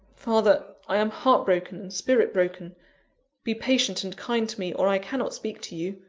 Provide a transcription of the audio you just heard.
father! i am heart-broken and spirit-broken be patient and kind to me, or i cannot speak to you.